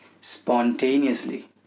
spontaneously